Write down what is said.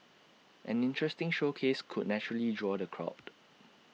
an interesting showcase could naturally draw the crowd